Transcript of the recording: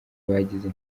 bagize